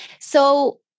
So-